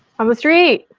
on the street.